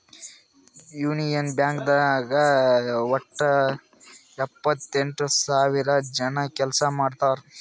union Bank ನಾಗ್ ವಟ್ಟ ಎಪ್ಪತ್ತೆಂಟು ಸಾವಿರ ಜನ ಕೆಲ್ಸಾ ಮಾಡ್ತಾರ್